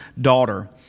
daughter